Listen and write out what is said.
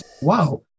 wow